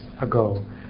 ago